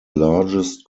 largest